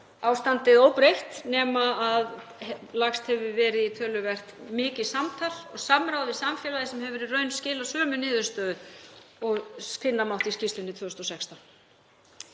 ástandið óbreytt nema að lagst hefur verið í töluvert mikið samtal og samráð við samfélagið sem hefur verið raun skilað sömu niðurstöðu og finna mátti í skýrslunni 2016.